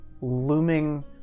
looming